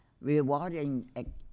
rewarding